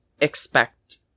expect